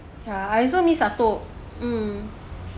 yeah I also miss datuk um